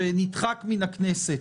שנדחק מהכנסת,